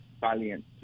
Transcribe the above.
Valiant